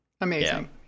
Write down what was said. amazing